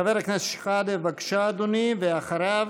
חבר הכנסת שחאדה, בבקשה, אדוני, ואחריו,